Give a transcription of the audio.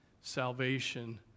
salvation